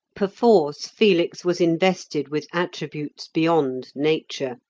perforce felix was invested with attributes beyond nature.